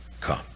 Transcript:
come